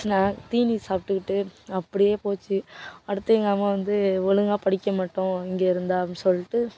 snack தீனி சாப்பிட்டுக்கிட்டு அப்படியே போச்சு அடுத்து எங்கள் அம்மா வந்து ஒழுங்காக படிக்க மாட்டோம் இங்கேயிருந்தா அப்படின்னு சொல்லிட்டு